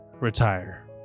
retire